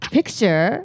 Picture